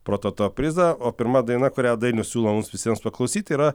prototo prizą o pirma daina kurią dainius siūlo mums visiems paklausyt tai yra